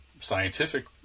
scientific